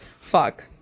fuck